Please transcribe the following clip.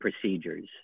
procedures